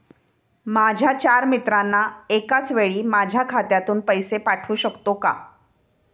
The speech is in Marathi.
माझ्या चार मित्रांना एकाचवेळी माझ्या खात्यातून पैसे पाठवू शकतो का?